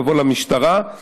תבוא למשטרה,